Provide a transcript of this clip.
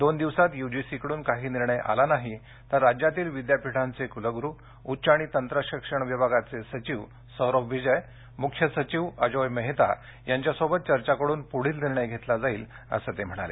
दोन दिवसांत यूजीसीकडून काही निर्णय आला नाही तर राज्यातील विद्यापीठांचे कूलगुरू उच्च आणि तंत्र शिक्षण विभागाचे सचिव सौरभ विजय मुख्य सचिव अजोय मेहता यांच्यासोबत चर्चा करून पुढील निर्णय घेतला जाईल असं ते म्हणाले